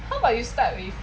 how about you start with